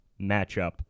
matchup